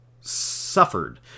suffered